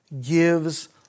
gives